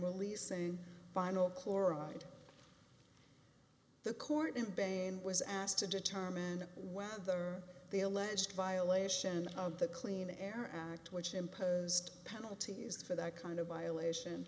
releasing vinyl chloride the court and band was asked to determine whether the alleged violation of the clean air act which imposed penalties for that kind of violation